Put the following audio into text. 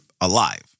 alive